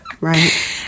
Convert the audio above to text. Right